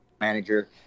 manager